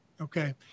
Okay